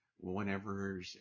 whenever